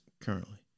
currently